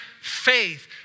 faith